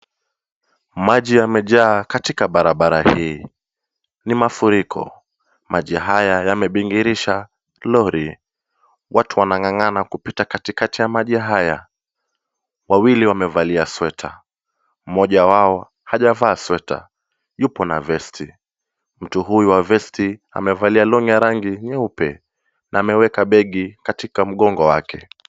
Maji yamejaa katika barabara hii, ni mafuriko, maji haya yamebingirisha lori. Watu wanang'ang'ana kupita katikati haya maji haya. Wawili wamevalia sweta. Mmoja wao hajavaa sweta, hupo na vesti, mtu huyu wa vesti amevalia long'i rangi nyeupe, na ameweka begi katika mgongo wake.